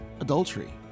Adultery